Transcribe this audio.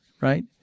right